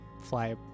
fly